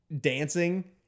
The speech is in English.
dancing